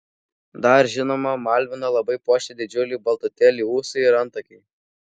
dar žinoma malviną labai puošia didžiuliai baltutėliai ūsai ir antakiai